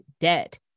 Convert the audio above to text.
dead